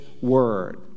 word